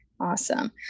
Awesome